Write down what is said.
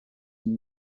and